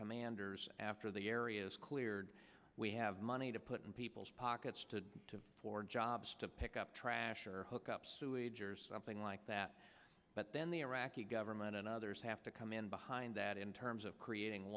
commanders after the area is cleared we have money to put in people's pockets to to for jobs to pick up trash or hook up sewage or something like that but then the iraqi government and others have to come in behind that in terms of creating